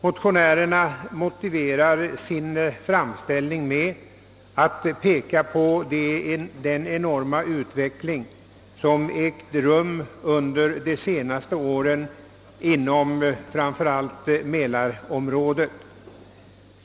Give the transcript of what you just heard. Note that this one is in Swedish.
Motionärerna motiverar sin framställning med att en enorm utveckling ägt rum under de senaste åren inom fram för allt mälarområdet.